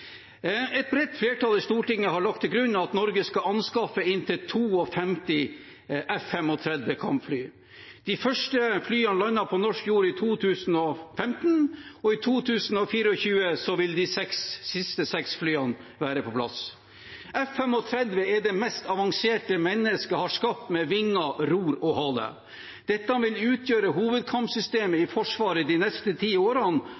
Et bredt flertall i Stortinget har lagt til grunn at Norge skal anskaffe inntil 52 F-35 kampfly. De første flyene landet på norsk jord i 2015, og i 2024 vil de siste seks flyene være på plass. F-35 er det mest avanserte mennesket har skapt med vinger, ror og hale. Dette vil utgjøre hovedkampsystemet